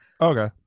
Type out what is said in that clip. Okay